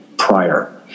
Prior